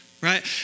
right